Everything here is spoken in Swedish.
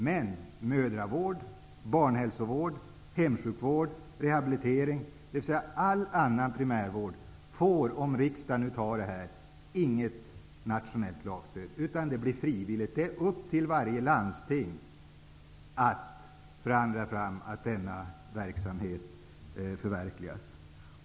Men mödravård, barnhälsovård, hemsjukvård, rehabilitering, dvs. all annan primärvård, får om riksdagen nu antar förslaget inget nationellt lagstöd, utan det blir frivilligt; det är upp till varje landsting att förhandla fram att denna verksamhet förverkligas.